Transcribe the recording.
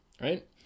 right